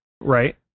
Right